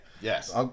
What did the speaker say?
Yes